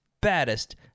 baddest